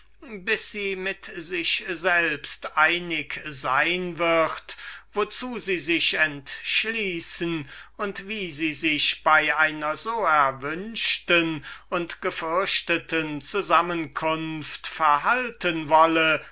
bis diese schöne dame mit sich selbst einig wird wozu sie sich entschließen und wie sie sich bei einer so erwünschten und so gefürchteten zusammenkunft verhalten wolle